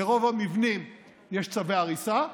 לרוב המבנים יש צווי הריסה,